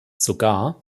sogar